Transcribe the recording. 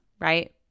right